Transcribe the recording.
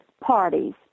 parties